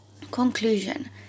Conclusion